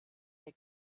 der